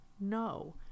no